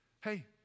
Hey